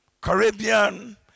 Caribbean